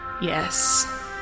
Yes